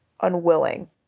unwilling